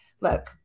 Look